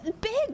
big